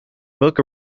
book